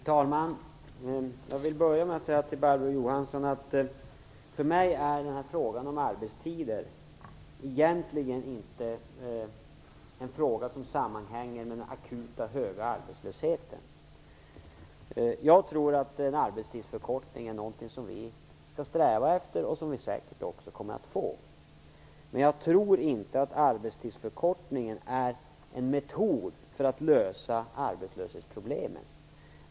Fru talman! Jag vill börja med att till Barbro Johansson säga att för mig är frågan om arbetstiden egentligen inte en fråga som sammanhänger med den akut höga arbetslösheten. Vi bör nog sträva efter och kommer säkerligen också att få en arbetstidsförkortning, men jag tror inte att en sådan är en metod för att lösa arbetslöshetsproblemen.